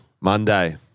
Monday